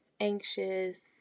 anxious